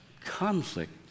Conflict